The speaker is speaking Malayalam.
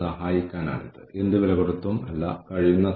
അതാണ് സമതുലിതമായ സ്കോർകാർഡിന്റെ മുഴുവൻ പോയിന്റും